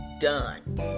done